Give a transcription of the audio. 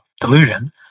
delusion